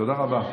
תודה רבה.